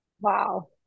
Wow